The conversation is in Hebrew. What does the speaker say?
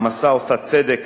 ההעמסה עושה צדק